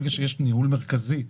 ברגע שיש ניהול מרכזי,